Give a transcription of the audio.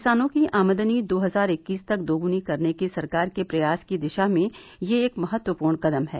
किसानों की आमदनी दो हजार इक्कीस तक दोगुनी करने के सरकार के प्रयास की दिशा में यह एक महत्वपूर्ण कदम है